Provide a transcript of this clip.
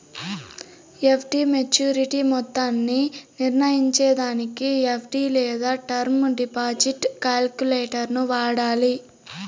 FD maturity మొత్తాన్ని నిర్నయించేదానికి FD లేదా టర్మ్ డిపాజిట్ కాలిక్యులేటరును వాడాల